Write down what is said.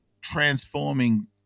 transforming